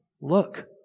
look